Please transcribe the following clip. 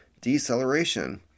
deceleration